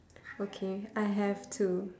okay I have two